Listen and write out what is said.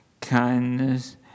kindness